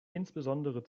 insbesondere